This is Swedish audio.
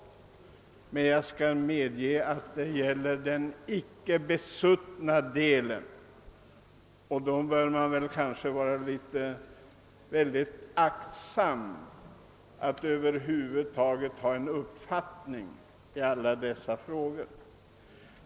Men jag skall medge att det gäller den icke besuttna delen, och man bör kanske akta sig för att över huvud taget ha en uppfattning i den frågan.